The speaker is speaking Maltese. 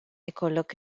ikollok